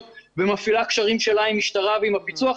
ומפעילה קשרים שלה עם המשטרה ועם הפיצו"ח,